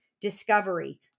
discovery